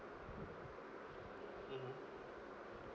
mmhmm